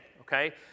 Okay